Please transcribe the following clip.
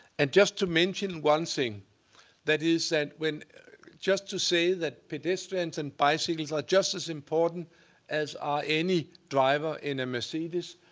and just to mention one thing that is that just to say that pedestrians and bicyclists are just as important as are any driver in a mercedes.